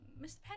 Mr